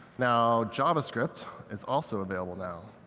now, javascript is also available now.